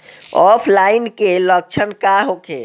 ऑफलाइनके लक्षण का होखे?